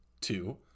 two